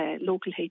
local